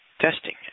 testing